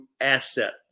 asset